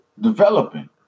developing